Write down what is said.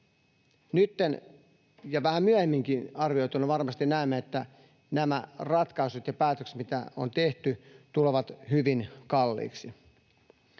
Nyt ja vähän myöhemminkin arvioituna varmasti näemme, että nämä ratkaisut ja päätökset, mitä on tehty, tulevat hyvin kalliiksi.